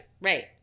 right